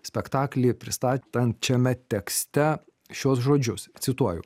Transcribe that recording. spektaklį pristatančiame tekste šiuos žodžius cituoju